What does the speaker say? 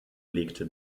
legte